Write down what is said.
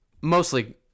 mostly